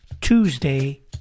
Tuesday